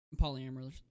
polyamorous